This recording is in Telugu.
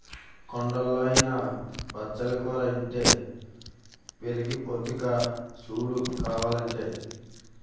కొండల్లో అయినా బచ్చలి కూర ఇట్టే పెరిగిపోద్దక్కా సూడు కావాలంటే